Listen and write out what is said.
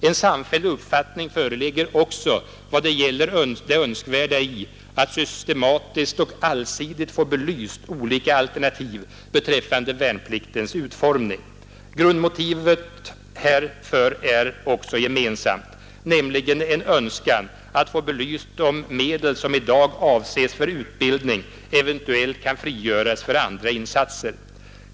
En samfälld uppfattning föreligger även vad gäller det önskvärda i att systematiskt och allsidigt få belysta olika alternativ beträffande värnpliktens utformning. Grundmotivet härför är också gemensamt, nämligen en önskan att få belyst om medel som i dag avses för utbildning eventuellt kan frigöras för andra insatser.